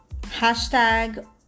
Hashtag